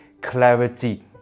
clarity